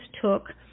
took